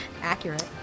Accurate